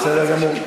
בסדר גמור.